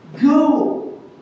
go